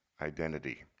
Identity